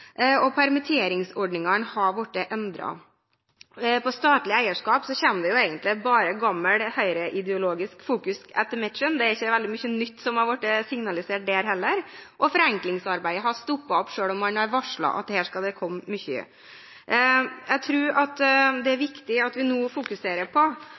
og permitteringsordningene har blitt endret. Når det gjelder statlig eierskap, er fokuset egentlig bare gammel Høyre-ideologi etter mitt skjønn – det er ikke veldig mye nytt som har blitt signalisert der heller – og forenklingsarbeidet har stoppet opp, selv om man har varslet at her skal det komme mye. Jeg tror at det er viktig at vi nå fokuserer på